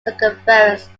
circumference